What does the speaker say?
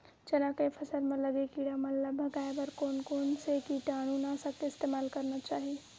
चना के फसल म लगे किड़ा मन ला भगाये बर कोन कोन से कीटानु नाशक के इस्तेमाल करना चाहि?